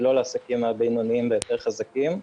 ולא לעסקים הבינוניים והיותר חזקים.